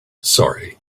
sorry